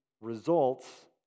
results